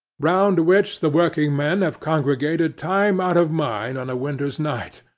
round which the working men have congregated time out of mind on a winter's night,